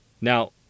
Now